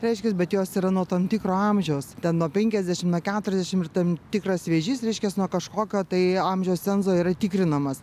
reiškias bet jos yra nuo tam tikro amžiaus ten nuo penkiasdešimt nuo keturiasdešimt ir tam tikras vėžys reiškias nuo kažkokio tai amžiaus cenzo yra tikrinamas